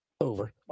Over